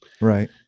right